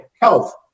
health